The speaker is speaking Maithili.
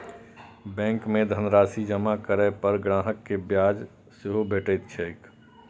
बैंक मे धनराशि जमा करै पर ग्राहक कें ब्याज सेहो भेटैत छैक